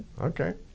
Okay